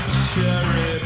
cherry